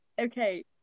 Okay